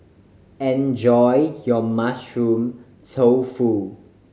enjoy your Mushroom Tofu